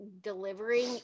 delivering